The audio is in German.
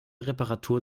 reparatur